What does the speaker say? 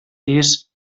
fills